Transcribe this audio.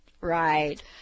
Right